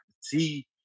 See